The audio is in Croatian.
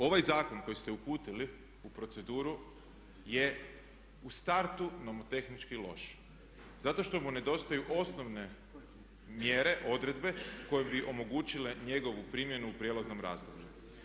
Ovaj zakon koji ste uputili u proceduru je u startu nomotehnički loš zato što mu nedostaju osnovne mjere, odredbe koje bi omogućile njegovu primjenu u prijelaznom razdoblju.